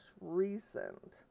recent